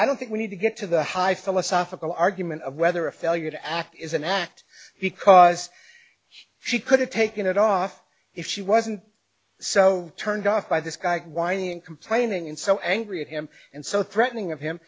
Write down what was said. i don't think we need to get to the high philosophical argument of whether a failure to act is an act because she could have taken it off if she wasn't so turned off by this guy whining and complaining and so angry at him and so threatening of him